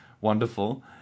wonderful